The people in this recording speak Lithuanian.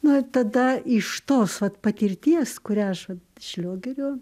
na tada iš tos vat patirties kurią aš vat šliogerio